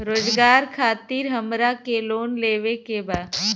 रोजगार खातीर हमरा के लोन लेवे के बा?